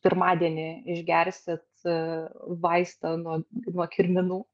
pirmadienį išgersit vaistą nuo nuo kirminų